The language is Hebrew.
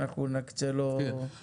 נקצה לזה דיון מיוחד.